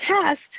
test